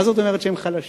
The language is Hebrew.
מה זאת אומרת שהם חלשים?